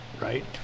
Right